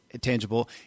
tangible